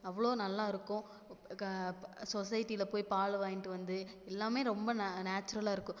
அவ்வளோ நல்லா இருக்கும் சொசைட்டியில் போய் பால் வாங்கிட்டு வந்து எல்லாம் ரொம்ப நேச்சுரலாக இருக்கும்